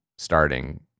starting